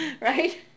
right